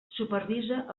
supervisa